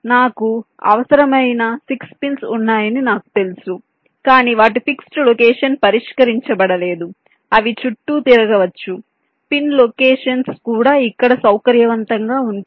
నాకు అవసరమైన 6 పిన్స్ ఉన్నాయని నాకు తెలుసు కాని వాటి ఫిక్స్డ్ లొకేషన్స్ పరిష్కరించబడలేదు అవి చుట్టూ తిరగవచ్చు పిన్ లొకేషన్స్ కూడా ఇక్కడ సౌకర్యవంతంగా ఉంటాయి